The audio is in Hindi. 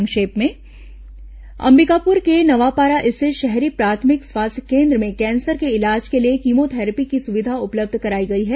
संक्षिप्त समाचार अंबिकापुर के नवापारा स्थित शहरी प्राथमिक स्वास्थ्य केन्द्र में कैंसर के इलाज के लिए कीमोथैरेपी की सुविधा उपलब्ध कराई गई है